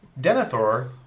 Denethor